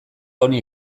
honi